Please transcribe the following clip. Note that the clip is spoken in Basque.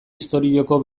istorioko